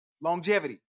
Longevity